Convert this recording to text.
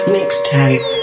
Mixtape